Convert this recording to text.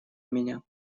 меня